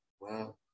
Wow